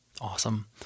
Awesome